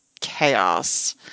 chaos